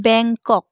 বেংকক